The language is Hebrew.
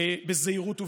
בזהירות ובאחריות.